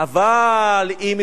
אבל אם מדובר